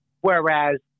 Whereas